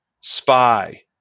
spy